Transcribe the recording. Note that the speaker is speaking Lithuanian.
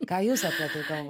ką jūs apie tai galvo